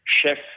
chef